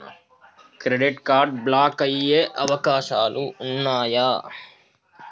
Credit card block అయ్యే అవకాశాలు ఉన్నయా?